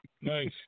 Nice